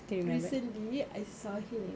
recently I saw him